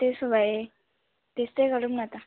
त्यसो भए त्यस्तै गरौँ न त